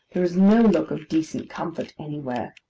there is no look of decent comfort anywhere.